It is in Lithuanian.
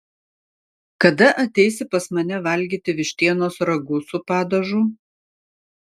kada ateisi pas mane valgyti vištienos ragu su padažu